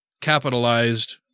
capitalized